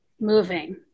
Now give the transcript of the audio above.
moving